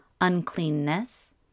uncleanness